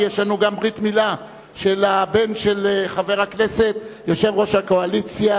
ויש לנו גם ברית מילה של הבן של חבר הכנסת יושב-ראש הקואליציה,